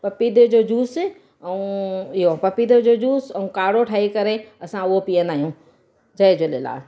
पपीते जो जूस ऐं इहो पपीते जो जूस ऐं काड़ो ठाहे करे असां उहो पीअंदा आहियूं जय झूलेलाल